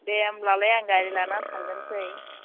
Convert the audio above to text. दे होमब्लालाय आं गारि लानानै थांग्रोनोसै